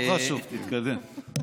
לא חשוב, תתקדם.